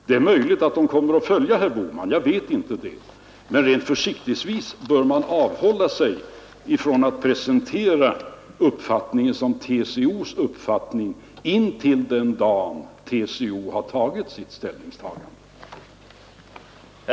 Det är möjligt att de kommer att följa herr Bohman — jag vet inte det — men rent försiktigtvis bör man avhålla sig från att presentera uppfattningen som TCO:s uppfattning intill den dag TCO har gjort sitt ställningstagande.